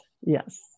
yes